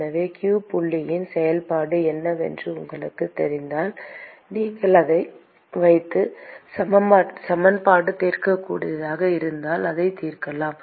எனவே q புள்ளியின் செயல்பாடு என்னவென்று உங்களுக்குத் தெரிந்தால் நீங்கள் அதை வைத்து சமன்பாடு தீர்க்கக்கூடியதாக இருந்தால் அதைத் தீர்க்கலாம்